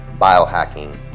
biohacking